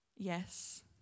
Yes